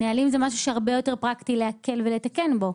נהלים זה משהו שהרבה יותר פרקטי להקל ולתקן בו.